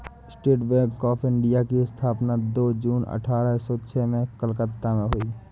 state bank of India की स्थापना दो जून अठारह सो छह में कलकत्ता में हुई